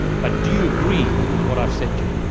but do you agree with what i've said yeah